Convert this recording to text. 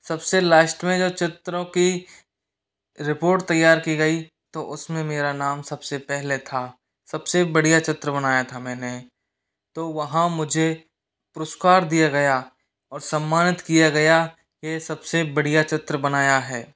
सबसे लाष्ट में जब चित्रों की रिपोर्ट तैयार की गई तो उसमें मेरा नाम सबसे पहले था सबसे बढ़िया चित्र बनाया था मैंने तो वहाँ मुझे पुरस्कार दिया गया और सम्मानित किया गया के सबसे बढ़िया चित्र बनाया है